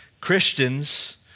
Christians